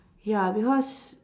ya because